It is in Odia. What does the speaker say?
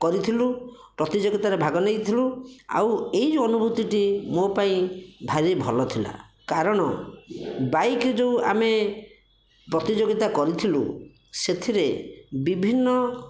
କରିଥିଲୁ ପ୍ରତିଯୋଗିତାରେ ଭାଗ ନେଇଥିଲୁ ଆଉ ଏଇ ଯେଉଁ ଅନୁଭୂତିଟି ମୋ ପାଇଁ ଭାରି ଭଲଥିଲା କାରଣ ବାଇକ ଯେଉଁ ଆମେ ପ୍ରତିଯୋଗିତା କରିଥିଲୁ ସେଥିରେ ବିଭିନ୍ନ